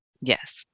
Yes